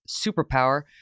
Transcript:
superpower